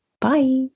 Bye